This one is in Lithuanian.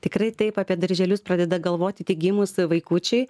tikrai taip apie darželius pradeda galvoti tik gimus vaikučiui